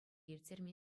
ирттерме